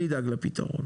אני אדאג לפתרון.